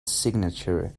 signature